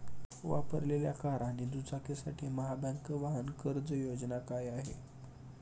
वापरलेल्या कार आणि दुचाकीसाठी महाबँक वाहन कर्ज योजना काय आहे?